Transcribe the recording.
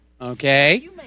Okay